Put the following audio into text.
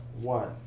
One